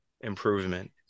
improvement